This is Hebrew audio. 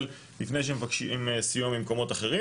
לפני שמבקשים סיוע ממקומות אחרים.